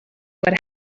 what